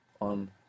on